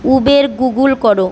Uber Google করো